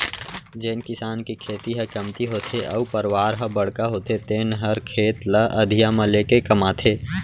जेन किसान के खेती ह कमती होथे अउ परवार ह बड़का होथे तेने हर खेत ल अधिया म लेके कमाथे